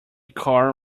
car